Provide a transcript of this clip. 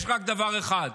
יש רק דבר אחד: